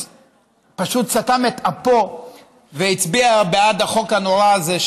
ופשוט סתם את אפו והצביע בעד החוק הנורא הזה,